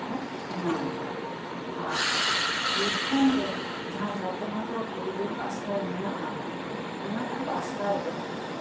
ᱯᱚᱨᱮ ᱠᱚ ᱧᱟᱢᱮᱫᱟ ᱟᱨ ᱵᱤᱨᱵᱷᱩᱢ ᱨᱮ ᱡᱟᱸᱦᱟᱭ ᱡᱚᱛᱚᱱ ᱦᱟᱛᱟᱣ ᱯᱩᱨᱩᱫᱷᱩᱞ ᱟᱥᱨᱚᱭ ᱢᱮᱱᱟᱜᱼᱟ ᱚᱱᱟᱠᱚ ᱟᱥᱨᱚᱭ ᱨᱮ